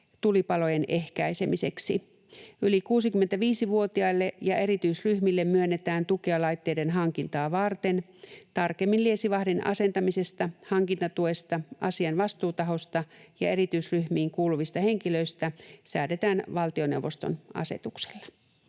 tulipalojen ehkäisemiseksi. Yli 65-vuotiaille ja erityisryhmille myönnetään tukea laitteiden hankintaa varten. Tarkemmin liesivahdin asentamisesta, hankintatuesta, asian vastuutahosta ja erityisryhmiin kuuluvista henkilöistä säädetään valtioneuvoston asetuksella.”